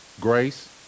Grace